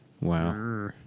Wow